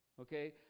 Okay